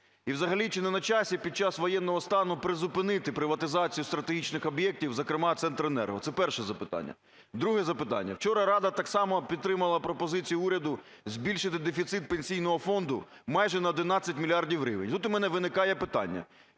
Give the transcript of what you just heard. І взагалі чи не на часі під час воєнного стану призупинити приватизацію стратегічних об'єктів, зокрема "Центренерго"? Це перше запитання. Друге запитання. Вчора Рада так само підтримала пропозиції уряду збільшити дефіцит Пенсійного фонду майже на 11 мільярдів гривень. Тут у мене виникає питання.